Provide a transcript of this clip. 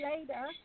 later